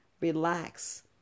Relax